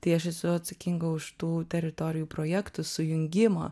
tai aš esu atsakinga už tų teritorijų projektų sujungimą